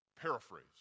paraphrase